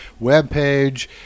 webpage